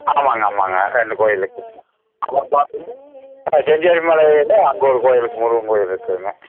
ஆமாங்க ஆமாங்க ரெண்டு கோயில் இருக்குதுங்க அப்புறம் பார்த்தீங்கன்னா செஞ்சேரி மலையில் அங்கே ஒரு கோயில் இருக்குது முருகன் கோயில் இருக்குதுங்க